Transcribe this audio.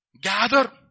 Gather